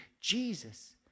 Jesus